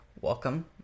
welcome